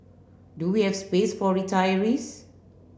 do we have space for retirees